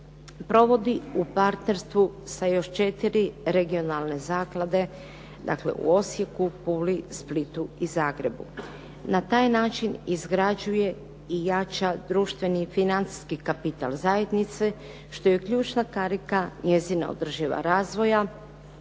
provodi u partnerstvu sa još 4 regionalne zaklade, dakle u Osijeku, Puli, Splitu i Zagrebu. Na taj način izgrađuje i jača društveni i financijski kapital zajednice, što je ključna karika njezina održiva razvoja